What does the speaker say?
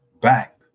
back